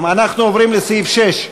אנחנו עוברים לסעיף 6: